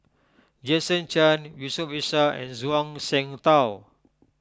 Jason Chan Yusof Ishak and Zhuang Shengtao